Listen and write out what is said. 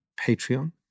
Patreon